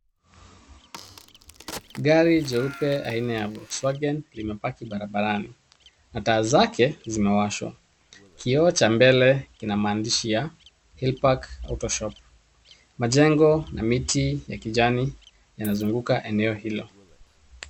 Gari jeupe aina ya Volkwagen, limepaki barabarani, na taa zake zimewashwa. Kioo cha mbele kina maandishi ya Hillpark Auto shop. Majengo na miti ya kijani yanazunguka eneo hilo.